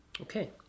Okay